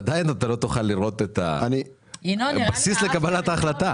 עדיין לא תוכל לראות את בסיס קבלת ההחלטה.